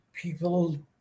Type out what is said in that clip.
people